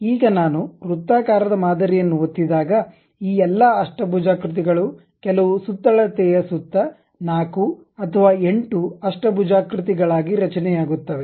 ಈಗ ನಾನು ವೃತ್ತಾಕಾರದ ಮಾದರಿಯನ್ನು ಒತ್ತಿದಾಗ ಈ ಎಲ್ಲಾ ಅಷ್ಟಭುಜಾಕೃತಿ ಗಳು ಕೆಲವು ಸುತ್ತಳತೆಯ ಸುತ್ತ 4 ಅಥವಾ 8 ಅಷ್ಟಭುಜಾಕೃತಿಗಳಾಗಿ ರಚನೆಯಾಗುತ್ತವೆ